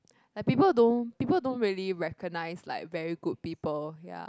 like people don't people don't really recognize like very good people ya